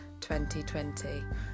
2020